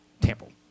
temple